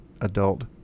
adult